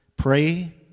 Pray